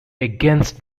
against